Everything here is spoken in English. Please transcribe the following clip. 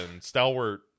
stalwart